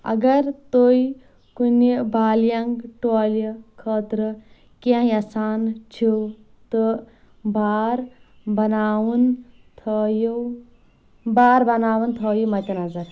اگر تُہۍ کُنہِ بالینغ ٹولہِ خٲطرٕ کینٛہہ یژھان چھِو تہٕ بار بناوُن تھٲیو بار بناوُن تھٲیو مدِ نظر